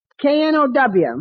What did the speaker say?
K-N-O-W